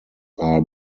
are